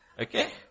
okay